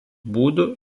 būdu